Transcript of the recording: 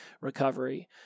recovery